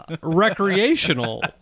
recreational